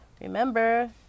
Remember